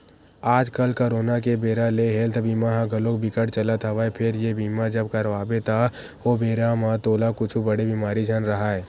आजकल करोना के बेरा ले हेल्थ बीमा ह घलोक बिकट चलत हवय फेर ये बीमा जब करवाबे त ओ बेरा म तोला कुछु बड़े बेमारी झन राहय